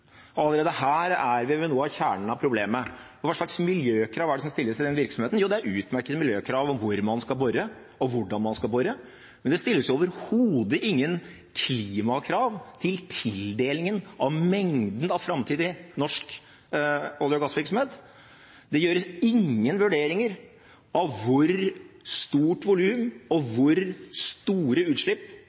Allerede her er vi ved noe av kjernen ved problemet, for hva slags miljøkrav er det som stilles til den virksomheten? Jo, det er utmerkede miljøkrav om hvor man skal bore, og hvordan man skal bore, men det stilles overhodet ingen klimakrav til tildelingen av mengden av framtidig norsk olje- og gassvirksomhet. Det gjøres ingen vurderinger av hvor stort volum og hvor store utslipp